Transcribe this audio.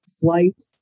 Flight